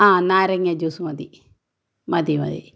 ആ നാരങ്ങ ജൂസ് മതി മതി മതി